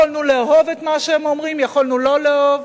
יכולנו לאהוב את מה שהם אומרים, יכולנו לא לאהוב,